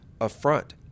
affront